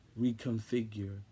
reconfigure